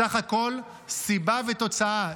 בסך הכול סיבה ותוצאה.